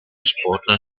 sportlern